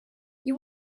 you